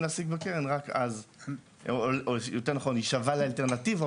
להשיג בקרן או יותר נכון היא שווה לאלטרנטיבות